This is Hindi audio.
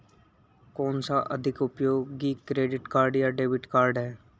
कौनसा अधिक उपयोगी क्रेडिट कार्ड या डेबिट कार्ड है?